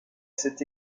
cet